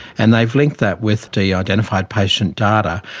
and they've linked that with de-identified patient data.